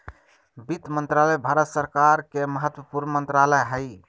वित्त मंत्रालय भारत सरकार के महत्वपूर्ण मंत्रालय हइ